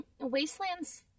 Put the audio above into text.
Wastelands